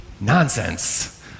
nonsense